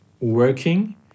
working